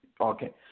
Okay